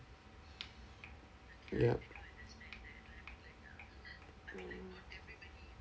ya